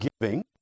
giving